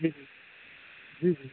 जी जी जी